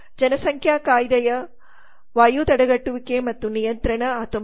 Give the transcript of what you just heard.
ಜನಸಂಖ್ಯಾ ಕಾಯ್ದೆಯು ವಾಯು ತಡೆಗಟ್ಟುವಿಕೆ ಮತ್ತು ನಿಯಂತ್ರಣ 1981